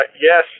yes